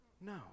No